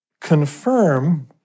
confirm